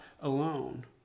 alone